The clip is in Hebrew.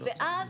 ואז,